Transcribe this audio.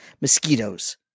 mosquitoes